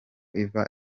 iva